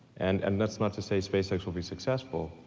and and that's not to say spacex will be successful,